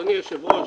אדוני היושב ראש,